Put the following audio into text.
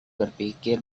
berpikir